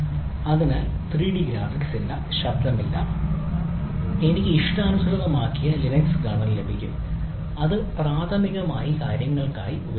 അതിനാൽ 3 D graphics ഇല്ല ശബ്ദമില്ല എനിക്ക് ഇഷ്ടാനുസൃതമാക്കിയ ലിനക്സ് കേർണൽ ലഭിക്കും അത് പ്രാഥമികമായി കാര്യങ്ങൾക്കായി ഉപയോഗിക്കുന്നു